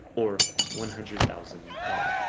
or one hundred thousand l.